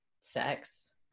sex